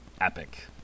epic